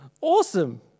Awesome